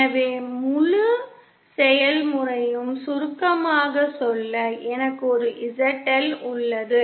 எனவே முழு செயல்முறையையும் சுருக்கமாகச் சொல்ல எனக்கு ஒரு ZL உள்ளது